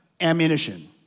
ammunition